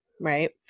right